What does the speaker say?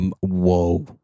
whoa